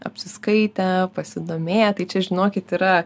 apsiskaitę pasidomėję tai čia žinokit yra